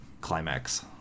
climax